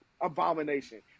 abomination